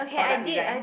product design